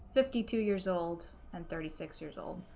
fifty two years old, and thirty six years old.